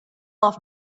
off